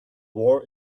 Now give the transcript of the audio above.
war